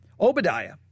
Obadiah